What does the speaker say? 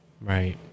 Right